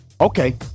Okay